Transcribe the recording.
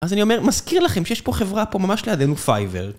אז אני אומר, מזכיר לכם שיש פה חברה פה ממש לידינו, פייבר.